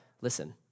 listen